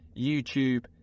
YouTube